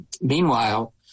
meanwhile